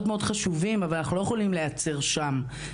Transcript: חשובים אבל אנחנו לא יכולים להיעצר שם.